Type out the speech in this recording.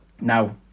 Now